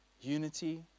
Unity